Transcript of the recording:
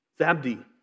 Zabdi